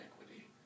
equity